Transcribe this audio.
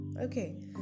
okay